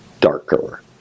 darker